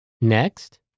Next